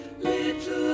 little